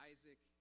Isaac